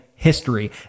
history